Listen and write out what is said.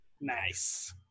Nice